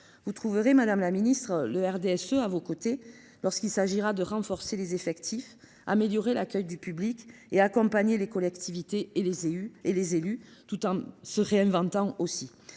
vous trouverez le RDSE à vos côtés lorsqu’il s’agira de renforcer les effectifs, d’améliorer l’accueil du public et d’accompagner les collectivités et les élus, tout en se réinventant.